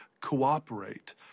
cooperate